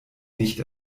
nicht